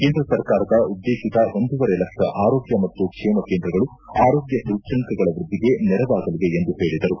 ಕೇಂದ್ರ ಸರ್ಕಾರದ ಉದ್ದೇಶಿತ ಒಂದೂವರೆ ಲಕ್ಷ ಆರೋಗ್ಯ ಮತ್ತು ಕ್ಷೇಮ ಕೇಂದ್ರಗಳು ಆರೋಗ್ಯ ಸೂಚ್ಯಂಕಗಳ ವೃದ್ಧಿಗೆ ನೆರವಾಗಲಿವೆ ಎಂದು ಹೇಳಿದರು